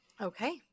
Okay